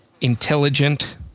intelligent